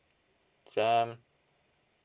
um